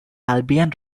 albion